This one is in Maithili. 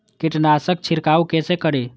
कीट नाशक छीरकाउ केसे करी?